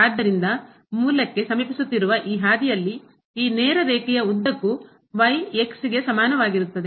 ಆದ್ದರಿಂದ ಮೂಲಕ್ಕೆ ಸಮೀಪಿಸುತ್ತಿರುವ ಈ ಹಾದಿಯಲ್ಲಿ ಈ ನೇರ ರೇಖೆಯ ಉದ್ದಕ್ಕೂ xಗೆ ಸಮಾನವಾಗಿರುತ್ತದೆ